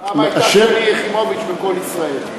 פעם זאת הייתה שלי יחימוביץ ב"קול ישראל".